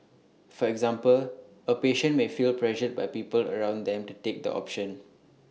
for example A patient may feel pressured by people around them to take the option